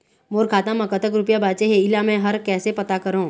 मोर खाता म कतक रुपया बांचे हे, इला मैं हर कैसे पता करों?